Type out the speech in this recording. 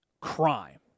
crime